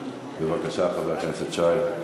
בבקשה, חבר הכנסת שי.